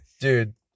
Dude